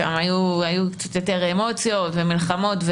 שם היו קצת יותר אמוציות ומלחמות,